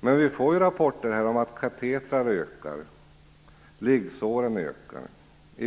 Men vi får nu rapporter om att användningen av katetrar ökar och att liggsåren ökar i omfattning.